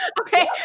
Okay